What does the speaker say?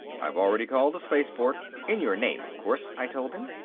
i've already called the spaceport in your name of course, i told him.